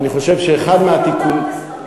אני חושב שאחד התיקונים, עשיתם עוד טעות אסטרטגית.